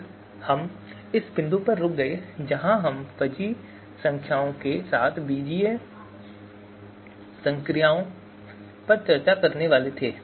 फिर हम इस बिंदु पर रुक गए जहां हम फजी संख्याओं के साथ बीजीय संक्रियाओं पर चर्चा करने वाले थे